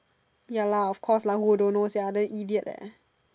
ya lah of course lah who don't know sia the idiot leh